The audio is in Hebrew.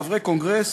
חברי קונגרס,